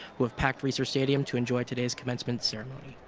who have packed reser stadium to enjoy today's commencement ceremony.